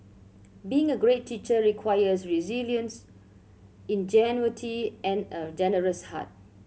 being a great teacher requires resilience ingenuity and a generous heart